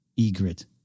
Egret